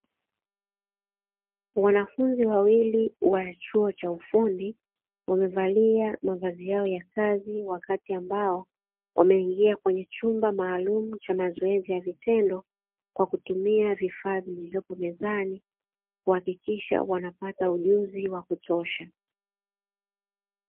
Wanafunzi wawili wa chuo cha ufundi wamevalia mavazi yao ya kazi, wakati ambao wameingia kwenye chumba maalumu cha mazoezi ya vitendo, kwa kutumia vifaa vilivyopo mezani kuhakikisha wanapata ujuzi wa kutosha.